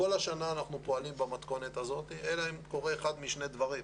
כל השנה אנחנו פועלים במתכונת הזאת אלא אם קורה אחד משני דברים.